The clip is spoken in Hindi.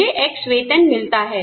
मुझे 'X' वेतन मिलता है